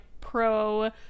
pro